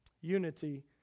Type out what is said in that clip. Unity